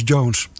Jones